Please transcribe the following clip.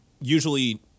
usually